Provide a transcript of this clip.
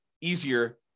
easier